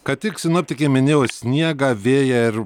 kątik sinoptikė minėjo sniegą vėją ir